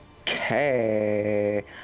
Okay